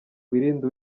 wirinde